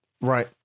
Right